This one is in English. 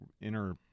inner